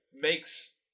makes